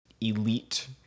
elite